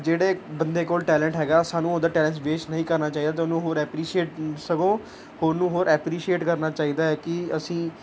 ਜਿਹੜੇ ਬੰਦੇ ਕੋਲ ਟੈਲੈਂਟ ਹੈਗਾ ਸਾਨੂੰ ਉਹਦਾ ਟੈਲੈਂਟ ਵੇਸਟ ਨਹੀਂ ਕਰਨਾ ਚਾਹੀਦਾ ਅਤੇ ਉਹਨੂੰ ਹੋਰ ਐਪਰੀਸ਼ੀਏਟ ਸਗੋਂ ਉਹਨੂੰ ਹੋਰ ਐਪਰੀਸ਼ੀਏਟ ਕਰਨਾ ਚਾਹੀਦਾ ਹੈ ਕਿ ਅਸੀਂ